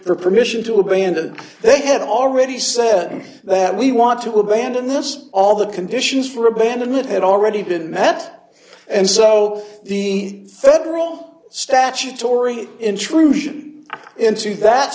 for permission to abandon they had already said that we want to abandon this all the conditions for abandon it had already been met and so the federal statutory intrusion into that